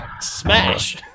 Smash